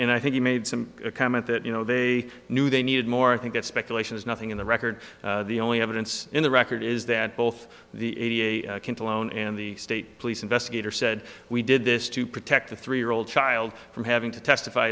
and i think he made some comment that you know they knew they needed more i think that speculation is nothing in the record the only evidence in the record is that both the a loan and the state police investigator said we did this to protect a three year old child from having to testify